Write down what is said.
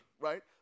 right